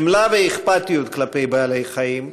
חמלה ואכפתיות כלפי בעלי-החיים,